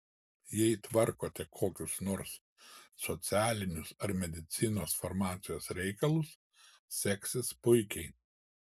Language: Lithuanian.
jei tvarkote kokius nors socialinius ar medicinos farmacijos reikalus seksis puikiai